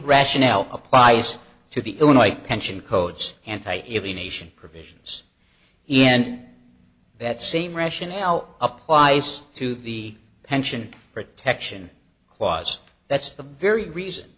rationale applies to the illinois pension codes anti even asian provisions and that seem rationale applies to the pension protection clause that's the very reason